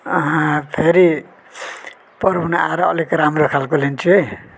फेरि पऱ्याउनु आएर अलिक राम्रो खालको लिन्छु है